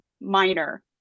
minor